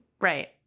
Right